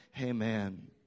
Amen